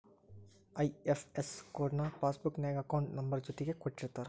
IFS code ನ passbook ನ್ಯಾಗ account number ಜೊತಿಗೆ ಕೊಟ್ಟಿರ್ತಾರ